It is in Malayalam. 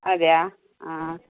അതെയോ ആ